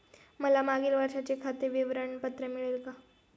मला मागील वर्षाचे खाते विवरण पत्र मिळेल का?